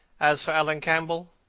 as for alan campbell,